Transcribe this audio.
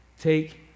take